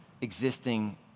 existing